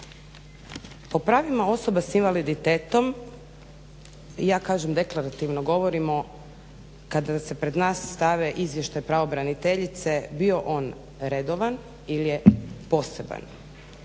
O pravima osoba s invaliditetom, ja kažem deklarativno, govorimo kada se pred nas stavi izvještaj pravobraniteljice bio on redovan ili je poseban.